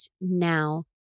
now